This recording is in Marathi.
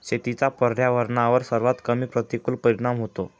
शेतीचा पर्यावरणावर सर्वात कमी प्रतिकूल परिणाम होतो